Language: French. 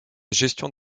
gestion